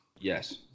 Yes